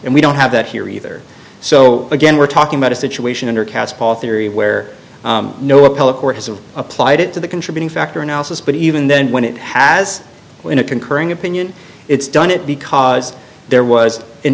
and we don't have that here either so again we're talking about a situation under caspar theory where no appellate court has applied it to the contributing factor analysis but even then when it has in a concurring opinion it's done it because there was an